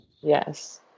Yes